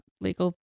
legal